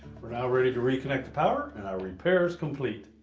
we're now ready to reconnect the power and our repair is complete.